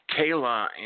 Kayla